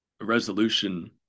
resolution